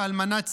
לאלמנת צה"ל,